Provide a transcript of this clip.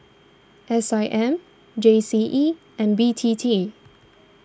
S I M G C E and B T T